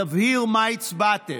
יבהיר מה הצבעתם.